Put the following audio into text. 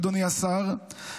אדוני השר,